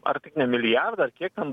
ar tik ne milijardą ar kiek ten